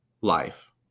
life